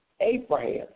Abraham